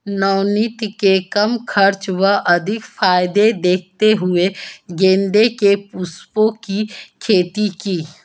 नवनीत ने कम खर्च व अधिक फायदे देखते हुए गेंदे के पुष्पों की खेती की